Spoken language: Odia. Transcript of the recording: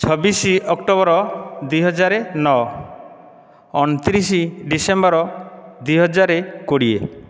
ଛବିଶ ଅକ୍ଟୋବର ଦୁଇହଜାର ନଅ ଅଣତିରିଶ ଡିସେମ୍ବର ଦୁଇହଜାର କୋଡ଼ିଏ